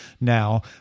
now